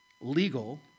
legal